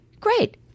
great